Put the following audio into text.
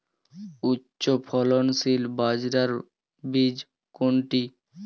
উচ্চফলনশীল বাজরার বীজ কোনটি?